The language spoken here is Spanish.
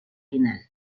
final